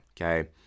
okay